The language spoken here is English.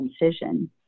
incision